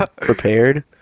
prepared